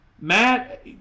Matt